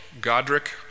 Godric